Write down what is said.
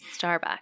Starbucks